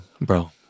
Bro